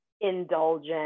indulgent